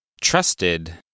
Trusted